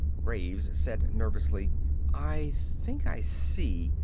graves said nervously i think i see.